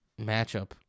matchup